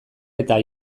eta